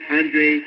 andre